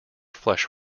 flesh